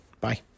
Bye